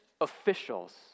officials